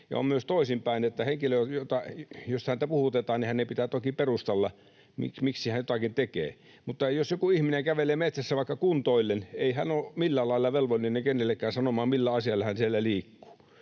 on myös toisinpäin: jos henkilöä puhutetaan, niin hänen pitää toki perustella, miksi hän jotakin tekee. Mutta jos joku ihminen kävelee metsässä vaikka kuntoillen, ei hän ole millään lailla velvollinen kenellekään sanomaan, millä asialla hän siellä liikkuu.